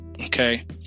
okay